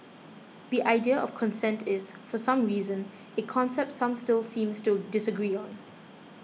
the idea of consent is for some reason a concept some still seem to disagree on